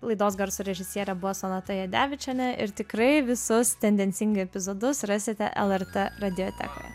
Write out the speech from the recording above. laidos garso režisierė buvo sonata jadevičienė ir tikrai visus tendencingai epizodus rasite lrt radijo eteryje